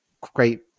great